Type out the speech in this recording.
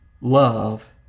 love